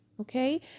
Okay